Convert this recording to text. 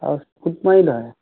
অঁ খুব মাৰি ধৰে